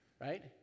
Right